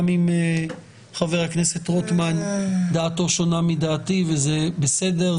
גם אם דעתו של חבר הכנסת רוטמן שונה מדעתי זה בסדר,